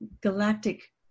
galactic